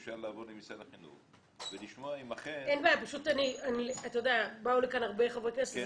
אפשר לעבור למשרד החינוך ולשמוע אם אכן --- באו לכאן הרבה חברי כנסת,